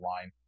line